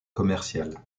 commercial